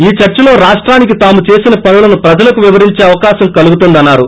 ఈ చర్చలో రాష్టానికి తాము చేసిన పనులను ప్రజలకు వివరించే అవకాశం కలుగుతుందన్నారు